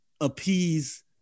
appease